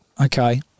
okay